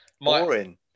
boring